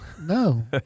No